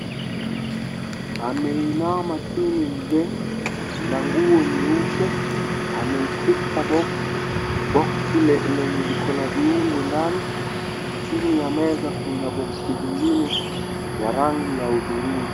Ameinama chini mzee na nguo nyeupe. Ameushika boksi, boksi lenye liko na viungo ndani, chini ya meza kuna boksi zingine za rangi ya hudhurungi.